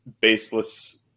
baseless